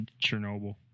Chernobyl